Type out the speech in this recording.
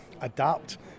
adapt